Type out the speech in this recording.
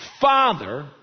father